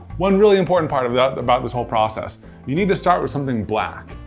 one really important part about about this whole process you need to start with something black,